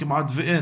כמעט שאין